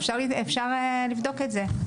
אפשר לבדוק את זה.